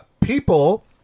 People